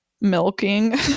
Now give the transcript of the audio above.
milking